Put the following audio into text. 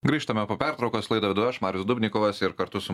grįžtame po pertraukos laidą vedu aš marius dubnikovas ir kartu su